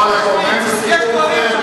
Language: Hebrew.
אז אני אומר לך, לא, לקומם זה סיפור אחר.